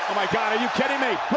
my god, are you kidding?